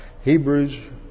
Hebrews